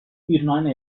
ایرنا